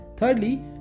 Thirdly